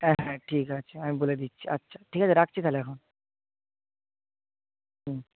হ্যাঁ হ্যাঁ ঠিক আছে আমি বলে দিচ্ছি আচ্ছা ঠিক আছে রাখছি তাহলে এখন